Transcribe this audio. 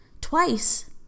Twice